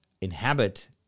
inhabit